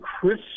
Chris